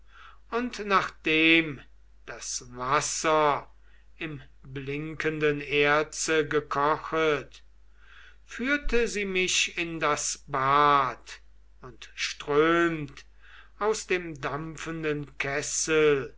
und nachdem das wasser im blinkenden erze gekochet führte sie mich in das bad und strömt aus dem dampfenden kessel